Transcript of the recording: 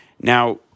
Now